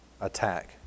attack